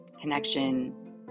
connection